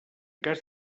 cas